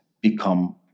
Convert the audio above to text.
become